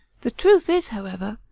the truth is, however,